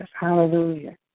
Hallelujah